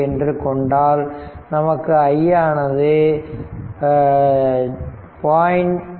2 என்று கொண்டால் நமக்கு i ஆனது 0